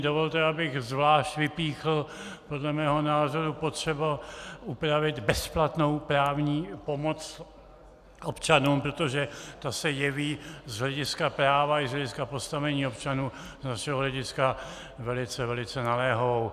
Dovolte, abych zvlášť vypíchl podle mého názoru potřebu upravit bezplatnou právní pomoc občanům, protože ta se jeví z hlediska práva i z hlediska postavení občanů i z našeho hlediska velice naléhavou.